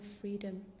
freedom